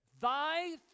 Thy